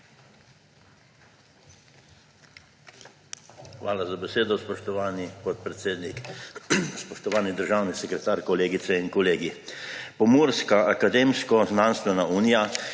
Hvala za besedo, spoštovani podpredsednik. Spoštovani državni sekretar, kolegice in kolegi! Pomurska akademsko-znanstvena unija